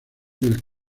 del